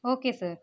okay sir